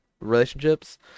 relationships